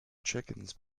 chickens